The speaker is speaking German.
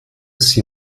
sie